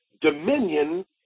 dominion